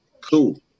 Cool